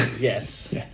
Yes